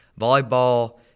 Volleyball